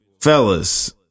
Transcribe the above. Fellas